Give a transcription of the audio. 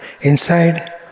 inside